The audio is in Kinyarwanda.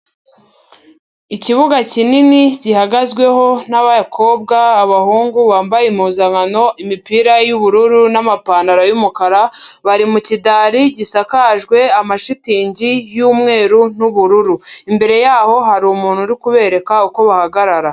Ikibuga kinini gihagazweho n'abakobwa, abahungu bambaye impuzankano, imipira y'ubururu n'amapantaro y'umukara, bari mu kidari gisakajwe amashitingi y'umweru n'ubururu. Imbere yaho hari umuntu uri kubereka uko bahagarara.